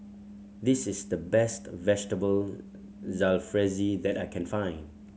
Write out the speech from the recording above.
this is the best Vegetable Jalfrezi that I can find